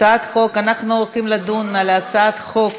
אנחנו הולכים לדון על הצעת חוק